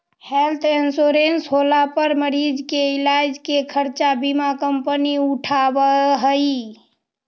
health insurance होला पर मरीज के इलाज के खर्चा बीमा कंपनी उठावऽ हई